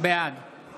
בעד